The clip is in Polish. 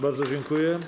Bardzo dziękuję.